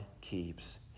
keeps